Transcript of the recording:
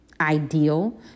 ideal